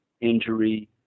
injury